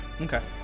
Okay